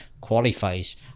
qualifies